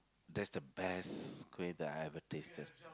that's the best kuih that I have ever tasted